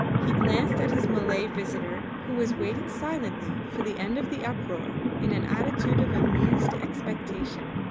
he glanced at his malay visitor, who was waiting silently for the end of the uproar in an attitude of amused expectation,